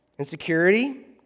Insecurity